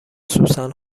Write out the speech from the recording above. سوسن